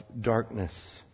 darkness